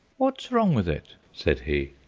what's wrong with it? said he.